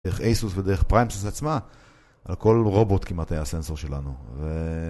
דרך אייסוס ודרך פריימפסס עצמה, על כל רובוט כמעט היה סנסור שלנו. ו..